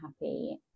happy